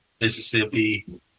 Mississippi